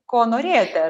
ko norėti